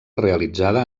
realitzada